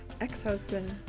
ex-husband